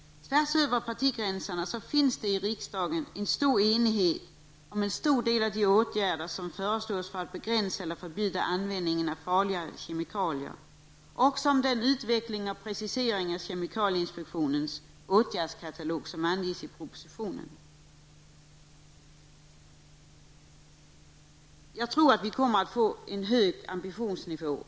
Tvärs över partigränserna råder det i riksdagen enighet om en stor del av de åtgärder som föreslås för att begränsa eller förbjuda användningen av miljöfarliga kemikalier. Det föreligger också enighet om den utveckling och den precisering av kemikalieinspektionen och naturvårdsverkets åtgärdskatalog som anges i propositionen. Jag tror att ambitionsnivån på detta område kommer att vara hög.